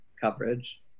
coverage